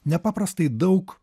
nepaprastai daug